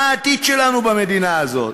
מה העתיד שלנו במדינה הזאת?